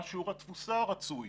מה שיעור התפוסה הרצוי?